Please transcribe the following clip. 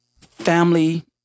Family